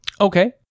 Okay